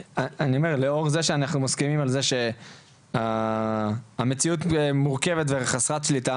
לאור זה שאנחנו מסכימים על זה שהמציאות מורכבת וחסרת שליטה,